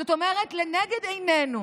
זאת אומרת, לנגד עינינו